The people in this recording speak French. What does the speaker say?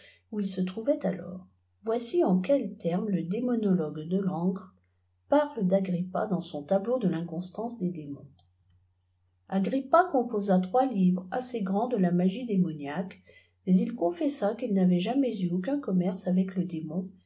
où il se trouvait alors voici en quels termes le démonologue belai cre parle d agrippa dans son tableau de l'inconstance des dé mong fli agrippa composa trois livres assez grands de la magie démoifiiaque mais il confessa qu'il n'avait jamais eu aucun commerce avec le démon